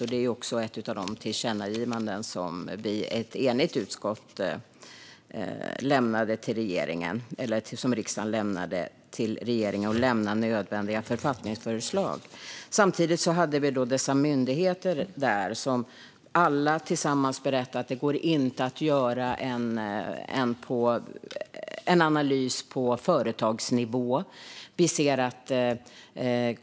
Det är också ett av de tillkännagivanden som utskottet var enigt om och som riksdagen liksom nödvändiga författningsförslag lämnade till regeringen. Samtidigt var dessa myndigheter där, och de berättade alla tillsammans att det inte går att göra en analys på företagsnivå.